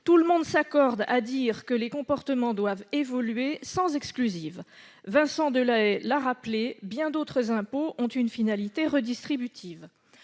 tout le monde s'accorde à dire que les comportements doivent évoluer, sans exclusive. En outre- Vincent Delahaye l'a rappelé -, bien d'autres impôts ont une vocation redistributive.